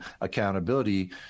accountability